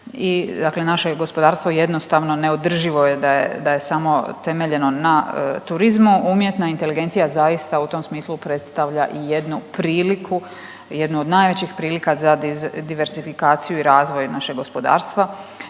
dakle naše je gospodarstvo jednostavno neodrživo je da je samo temeljno na turizmu. Umjetna inteligencija zaista u tom smislu predstavlja i jednu priliku, jednu od najvećih prilika za diversifikaciju i razvoj našeg gospodarstva.